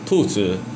兔子